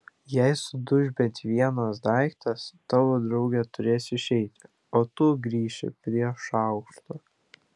jei suduš bent vienas daiktas tavo draugė turės išeiti o tu grįši prie šaukštų